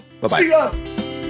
bye-bye